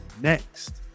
next